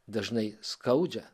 dažnai skaudžią